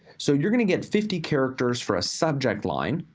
so you're gonna get fifty characters for a subject line,